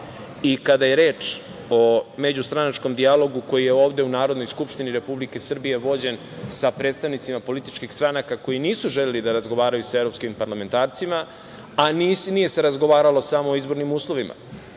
i kada je reč o međustranačkom dijalogu koji je ovde u Narodnoj skupštini Republike Srbije vođen sa predstavnicima političkih stranaka koji nisu želeli da razgovaraju sa evropskim parlamentarcima, a nije se razgovaralo samo o izbornim uslovima.